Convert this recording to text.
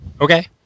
Okay